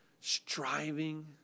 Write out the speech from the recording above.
striving